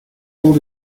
old